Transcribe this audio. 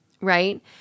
right